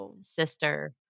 sister